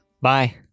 Bye